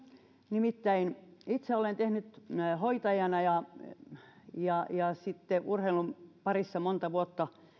nimittäin itse olen tehnyt hoitajana ja ja sitten urheilun parissa monta vuotta